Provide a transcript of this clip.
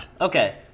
Okay